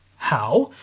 how?